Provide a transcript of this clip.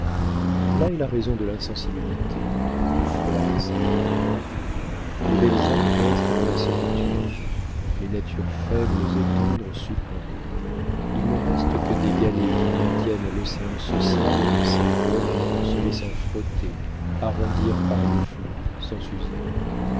là est la raison de l'insensibilité du froid des salons les belles âmes restent dans la solitude les natures faibles et tendres succombent il ne reste que des galets qui maintiennent l'océan social dans ses bornes en se laissant frotter arrondir par le flot sans s'user